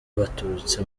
baturutse